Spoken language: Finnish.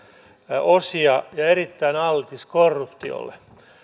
osia ja erittäin altis korruptiolle